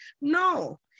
No